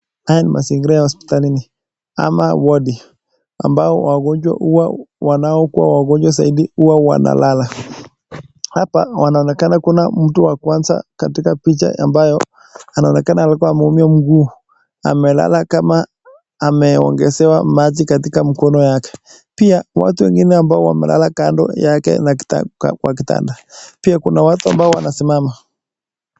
Haya ni mazingira ya hospitalini, ama wodi, ambao wagonjwa zaidi huwa wanalala, hapa wanaonekana kuna mtu wa kwanza katika picha ambayo anaonekana alkuwa ameumia mguu, amelala kama ameongezewa maji katika mkono yake pia, watu wengine ambao wamelala kando yake kwa kitanda, pia kuna watu ambao wanasimama.